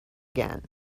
again